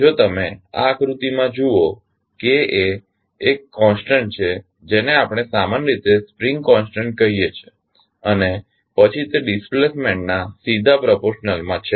જો તમે આ આકૃતિ માં જુઓ K એ એક કોન્સટન્ટ છે જેને આપણે સામાન્ય રીતે સ્પ્રિંગ કોન્સટન્ટ કહીએ છીએ અને પછી તે ડિસ્પ્લેસમેન્ટ નાં સીધા પ્રપોર્શનલ માં છે